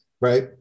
right